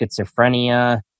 schizophrenia